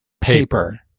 paper